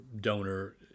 donor